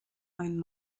own